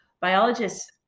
biologists